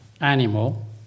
animal